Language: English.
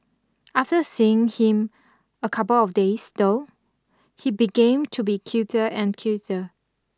after seeing him a couple of days though he began to be cuter and cuter